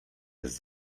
jest